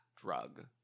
drug